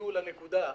תגיעו לנקודה.